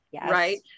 right